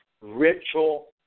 ritual